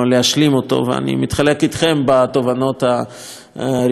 ואני חולק אתכם את התובנות הראשונות האלה.